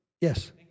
yes